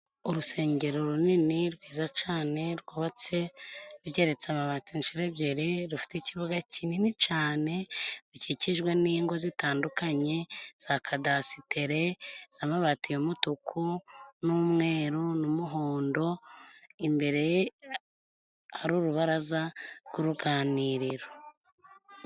Urusengero runini rwiza cane rwubatse rugeretse amabati inshuro ebyiri, rufite ikibuga kinini cane, bikikijwe n'ingo zitandukanye za kadasitere z'amabatiye y'umutuku n'umweru n'umuhondo, imbere hari urubaraza rw'uruganiriro.